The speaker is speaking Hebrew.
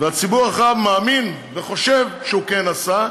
הציבור הרחב מאמין וחושב שהוא כן עשה,